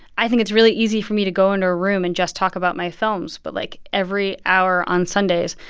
i think it's really easy for me to go into a room and just talk about my films. but, like, every hour on sundays,